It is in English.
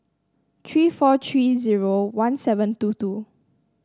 three four three zero one seven two two